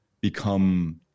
become